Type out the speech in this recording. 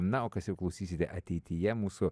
na o kas jau klausysite ateityje mūsų